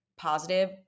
positive